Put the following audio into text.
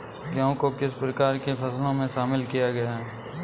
गेहूँ को किस प्रकार की फसलों में शामिल किया गया है?